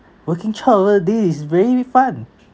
working chart everydays is very fun